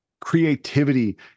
Creativity